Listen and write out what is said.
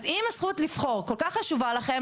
אז אם הזכות לבחור כל כך חשובה לכם,